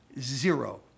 Zero